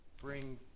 bring